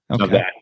Okay